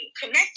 connect